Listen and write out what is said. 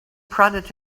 prodded